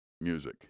music